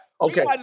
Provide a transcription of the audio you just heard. Okay